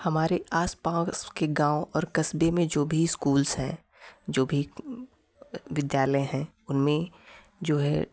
हमारे आस पास के गाँव और कस्बे में जो भी स्कूल्स हैं जो भी विद्यालय हैं उनमें जो है